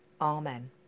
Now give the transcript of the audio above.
Amen